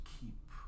keep